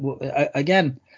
again